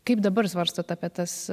kaip dabar svarstot apie tas